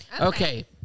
Okay